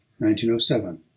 1907